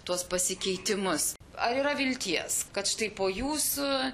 tuos pasikeitimus ar yra vilties kad štai po jūsų